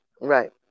Right